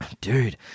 Dude